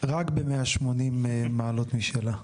רק ב-180 מעלות משלה.